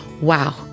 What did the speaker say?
Wow